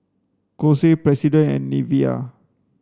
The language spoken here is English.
Kose President and Nivea